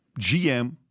GM